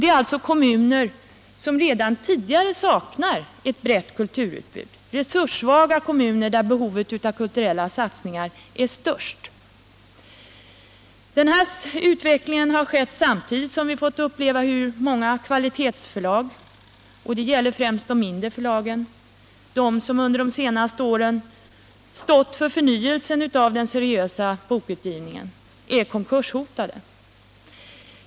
Det gäller främst kommuner som redan tidigare saknar ett brett kulturutbud, resurssvaga kommuner där behovet av kulturella satsningar är störst. Denna utveckling har skett samtidigt som vi fått uppleva hur flera kvalitetsförlag — det gäller främst de mindre förlagen, de som under de senaste åren stått för förnyelsen av den seriösa bokutgivningen — är konkurshotade.